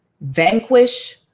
vanquish